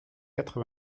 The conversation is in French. quatre